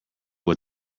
what